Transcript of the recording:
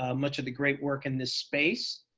ah much of the great work in this space.